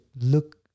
look